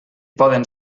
poden